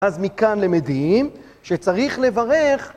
אז מכאן למדים, שצריך לברך.